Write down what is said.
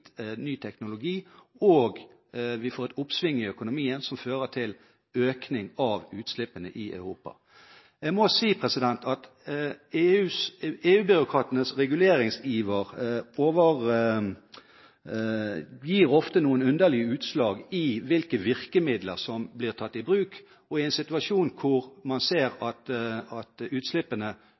ny teknologi, og vi får et oppsving i økonomien som fører til økning av utslippene i Europa. Jeg må si at EU-byråkratenes reguleringsiver ofte gir noen underlige utslag i hvilke virkemidler som blir tatt i bruk. I en situasjon hvor man ser at utslippene